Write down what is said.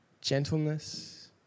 gentleness